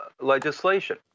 Legislation